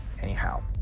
Anyhow